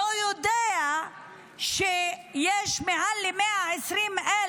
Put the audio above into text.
לא יודע שיש מעל ל-120,000